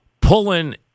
pulling